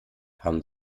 haben